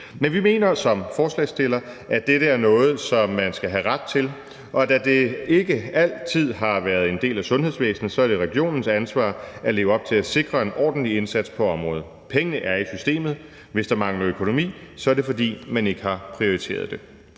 Men vi mener som forslagsstillere, at dette er noget, som man skal have ret til, og da det ikke altid har været en del af sundhedsvæsenet, er det regionens ansvar at leve op til at sikre en ordentlig indsats på området. Pengene er i systemet, og hvis der mangler økonomi, er det, fordi man ikke har prioriteret det.